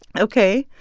ok.